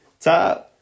Top